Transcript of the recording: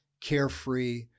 carefree